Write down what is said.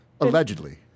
Allegedly